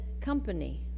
company